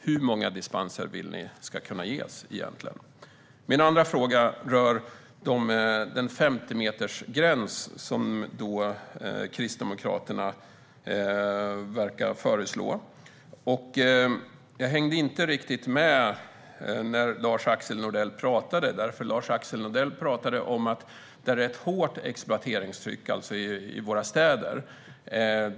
Hur många dispenser vill ni ska ges egentligen? Min andra fråga rör den 50-metersgräns som Kristdemokraterna vill föreslå. Jag hängde inte riktigt med när Lars-Axel Nordell pratade. Lars-Axel Nordell pratade om att det är ett hårt exploateringstryck i våra städer.